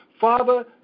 Father